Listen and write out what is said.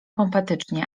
pompatycznie